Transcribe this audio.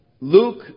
Luke